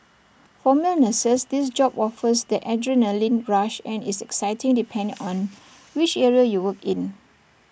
for male nurses this job offers that adrenalin rush and is exciting depending on which area you work in